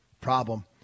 problem